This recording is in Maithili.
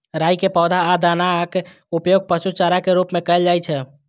राइ के पौधा आ दानाक उपयोग पशु चारा के रूप मे कैल जाइ छै